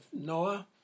Noah